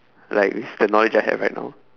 like with the knowledge I have right now